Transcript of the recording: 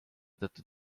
tõttu